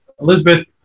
Elizabeth